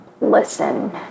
listen